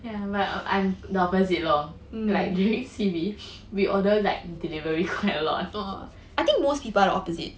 ya but I'm the opposite lor like during C_B we order like delivery quite a lot